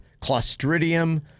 Clostridium